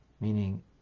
meaning